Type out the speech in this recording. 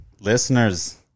Listeners